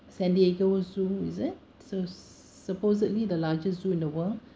san diego zoo is it so supposedly the largest zoo in the world